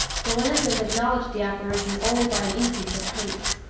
the lancers acknowledged the apparition only by an increase of pace.